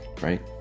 right